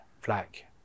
flag